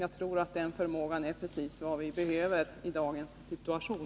— Jag tror att den förmågan är precis vad vi behöver i dagens situation.